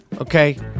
Okay